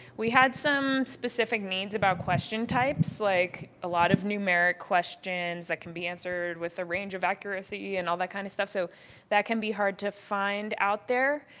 we had some specific needs about question types, like a lot of numeric questions that can be answered with a range of accuracy and all that kind of stuff. so that can be hard to find out there.